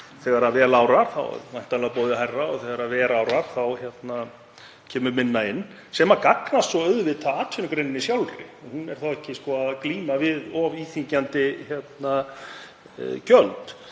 þegar verr árar þá kemur minna inn, sem gagnast svo auðvitað atvinnugreininni sjálfri. Hún er þá ekki að glíma við of íþyngjandi gjöld.